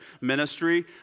ministry